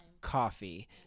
Coffee